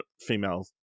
female